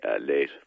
late